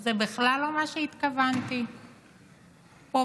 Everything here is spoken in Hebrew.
לא זכרתי שנתליתי בו אי פעם.